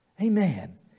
Amen